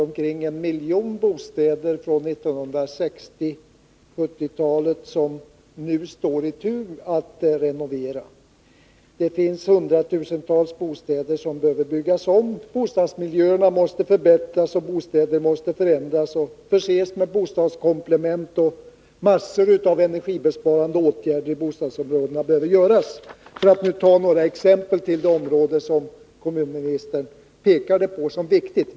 Omkring en miljon bostäder som byggts på 1960 och 1970-talet står nu i tur att bli renoverade. Hundratusentals bostäder behöver byggas om. Bostadsmiljöerna måste förbättras, och bostäder måste förändras och förses med bostadskomplement. Mängder av energibesparande åtgärder behöver vidtas i bostadsområdena, för att nu ta några exempel när det gäller det område som kommunministern utpekade som viktigt.